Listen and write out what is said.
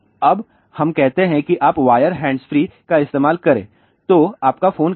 अब हम कहते हैं कि आप वायर हैंड्स फ्री का इस्तेमाल करें तो आपका फोन कहां है